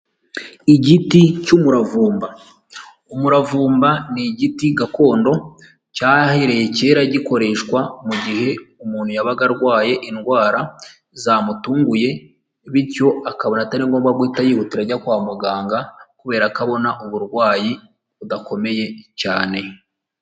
Igiti cy'umuravumba, umuravumba ni igiti gakondo cyahereye kera gikoreshwa mu gihe umuntu yabaga arwaye indwara zamutunguye bityo akabona atari ngombwa guhita yihutira ajya kwa muganga kubera ko abona uburwayi budakomeye cyane.